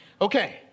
Okay